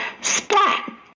Splat